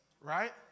Right